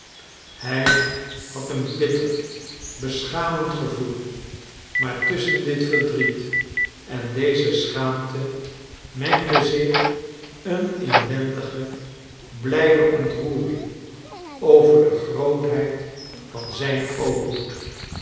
hij had een bitter beschamend gevoel maar tusschen dit verdriet en deze schaamte mengde zich een inwendige blijde ontroering over de grootheid van zijn ootmoed